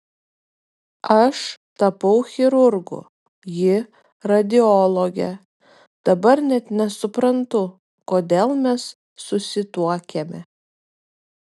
aš tapau chirurgu ji radiologe dabar net nesuprantu kodėl mes susituokėme